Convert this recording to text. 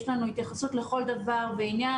יש לנו התייחסות לכל דבר ועניין,